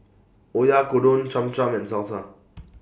Oyakodon Cham Cham and Salsa